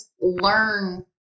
learn